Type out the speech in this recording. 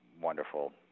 wonderful